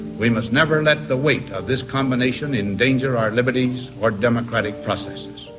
we must never let the weight of this combination endanger our liberties or democratic processes.